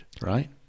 right